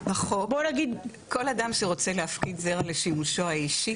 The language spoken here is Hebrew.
החוק, כל אדם שרוצה להפקיד זרע לשימושו האישי